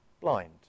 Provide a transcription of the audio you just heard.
blind